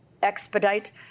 expedite